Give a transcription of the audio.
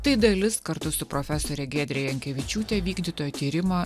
tai dalis kartu su profesore giedre jankevičiūte vykdyto tyrimo